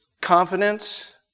confidence